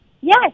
Yes